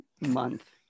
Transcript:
month